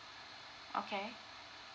okay